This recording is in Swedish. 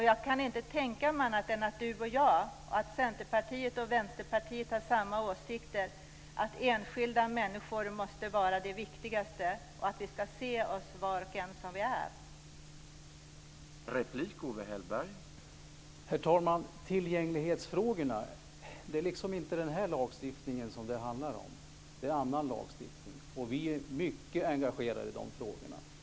Jag kan inte tänka mig annat än att Owe Hellberg och jag, Centerpartiet och Vänsterpartiet, har samma åsikter, att enskilda människor måste vara det viktigaste och att vi ska se var och en av oss som vi är.